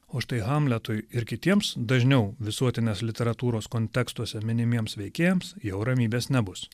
o štai hamletui ir kitiems dažniau visuotinės literatūros kontekstuose minimiems veikėjams jau ramybės nebus